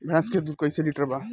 भैंस के दूध कईसे लीटर बा?